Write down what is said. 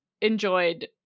enjoyed